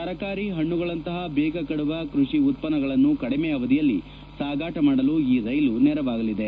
ತರಕಾರಿ ಹಣ್ಣುಗಳಂತಹ ಬೇಗ ಕೆಡುವ ಕೃಷಿ ಉತ್ಪನ್ನಗಳನ್ನು ಕಡಿಮೆ ಅವಧಿಯಲ್ಲಿ ಸಾಗಾಣ ಮಾಡಲು ಈ ರೈಲು ನೆರವಾಗಲಿದೆ